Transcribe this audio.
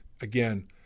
again